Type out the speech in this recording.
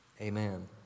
Amen